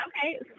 Okay